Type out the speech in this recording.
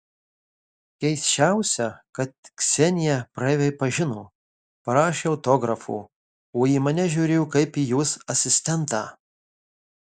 keisčiausia kad kseniją praeiviai pažino prašė autografo o į mane žiūrėjo kaip į jos asistentą